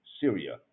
Syria